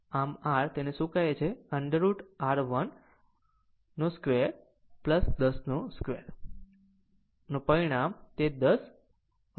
આમ r તેને શું કહે છે √ oveR10 2 10 2 પરિમાણ અને તે 10 √ 2